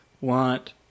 want